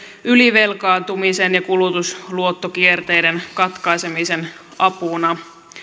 ylivelkaantumisen ja kulutusluottokierteiden katkaisemisen apuna